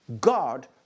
God